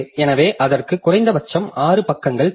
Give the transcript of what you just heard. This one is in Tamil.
எனவே அதற்கு குறைந்தபட்சம் 6 பக்கங்கள் தேவை